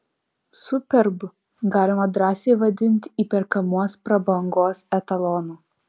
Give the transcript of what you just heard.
superb galima drąsiai vadinti įperkamos prabangos etalonu